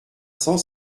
cent